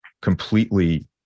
completely